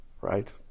Right